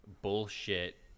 bullshit